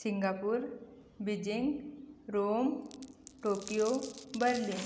Singapore Beijing Rome Tokyo Berlin